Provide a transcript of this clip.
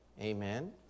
Amen